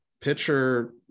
pitcher